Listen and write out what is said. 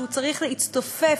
שהוא צריך להצטופף.